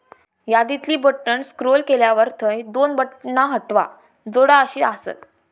यादीतली बटण स्क्रोल केल्यावर थंय दोन बटणा हटवा, जोडा अशी आसत